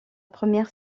première